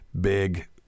Big